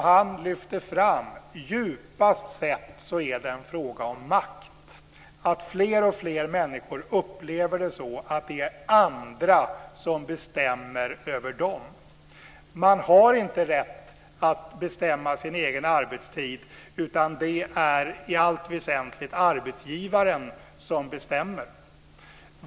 Han lyfter fram att det djupast sett är en fråga om makt. Fler och fler människor upplever det så att det är andra som bestämmer över dem. Man har inte rätt att bestämma sin egen arbetstid utan det är i allt väsentligt arbetsgivaren som bestämmer.